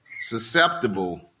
susceptible